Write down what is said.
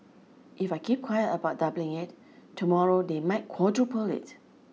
if I keep quiet about doubling it tomorrow they might quadruple it